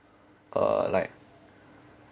uh like